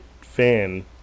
fan